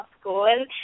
school